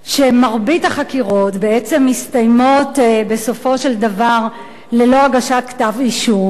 שמרבית החקירות בעצם מסתיימות בסופו של דבר ללא הגשת כתב-אישום,